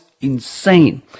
insane